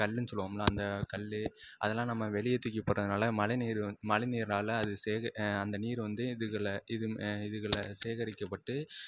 கல்லுன்னு சொல்லுவோம்ல அந்த கல் அதலாம் நம்ம வெளியே தூக்கி போட்டதனால் மழைநீர் வந் மழைநீர்னால் அது சேக அந்த நீர் வந்து இதுகளை இதில் இதுகளை சேகரிக்கப்பட்டு